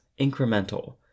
incremental